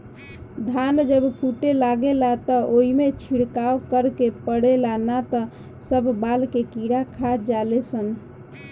धान जब फूटे लागेला त ओइमे छिड़काव करे के पड़ेला ना त सब बाल के कीड़ा खा जाले सन